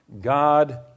God